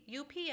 UPS